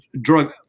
drug